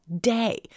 Day